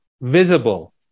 visible